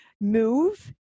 move